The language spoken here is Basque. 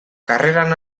karreran